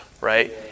right